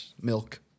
Milk